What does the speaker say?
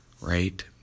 right